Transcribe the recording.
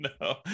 No